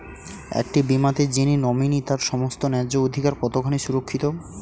একটি বীমাতে যিনি নমিনি তার সমস্ত ন্যায্য অধিকার কতখানি সুরক্ষিত?